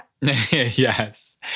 Yes